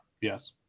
Yes